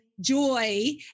joy